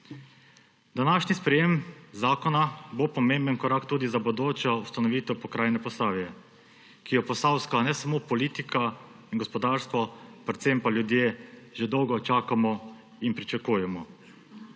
Današnje sprejetje zakona bo pomemben korak tudi za bodočo ustanovitev pokrajine Posavje, ki jo posavska, ne samo politika in gospodarstvo, predvsem ljudje že dolgo čakamo in pričakujemo.